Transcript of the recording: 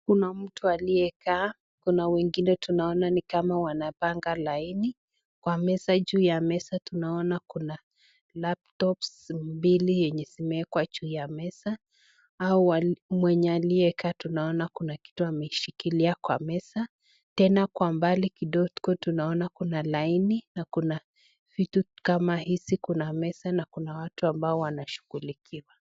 Kuna mtu aliyekaa kuna wengine tunaona nikama wanapanga laini. Kwa meza juu ya meza tunaona kuna laptops mbili yenye zimeekwa juu ya meza au mwenye alieka tunaona kuna kitu ameshkiilia kwa meza. Tena kwa mbali kidogo tunaona kuna laini na kuna vitu kama hizi kuna meza na kuna watu ambao washughulikiwa.